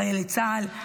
חיילי צה"ל,